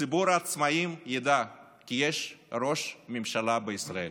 ציבור העצמאים ידע כי יש ראש ממשלה בישראל.